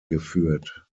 geführt